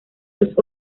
los